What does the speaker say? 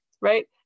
right